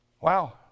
Wow